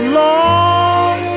long